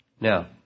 Now